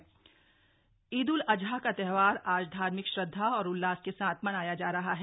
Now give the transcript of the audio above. ईद उल अजहा ईद उल अजहा का त्यौहार आज धार्मिक श्रद्धा और उल्लास के साथ मनाया जा रहा है